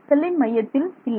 செல்லின் மையத்தில் இல்லை